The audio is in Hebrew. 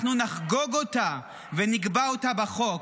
אנחנו נחגוג אותה ונקבע אותה בחוק.